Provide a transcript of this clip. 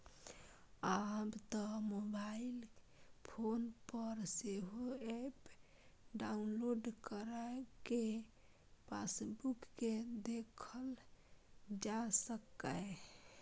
आब तं mobile phone पर सेहो एप डाउलोड कैर कें पासबुक कें देखल जा सकैए